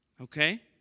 Okay